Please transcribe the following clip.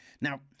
now